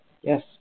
Yes